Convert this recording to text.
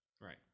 Right